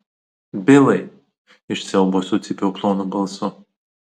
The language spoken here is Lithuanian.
bilai iš siaubo sucypiau plonu balsu